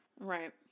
Right